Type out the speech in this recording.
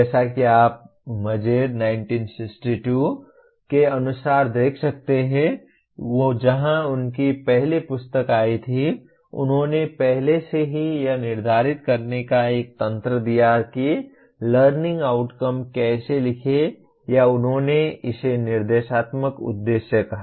जैसा कि आप मजेर 1962 के अनुसार देख सकते हैं जहाँ उनकी पहली पुस्तक आई थी उन्होंने पहले से ही यह निर्धारित करने का एक तंत्र दिया कि लर्निंग आउटकम कैसे लिखें या उन्होंने इसे निर्देशात्मक उद्देश्य कहा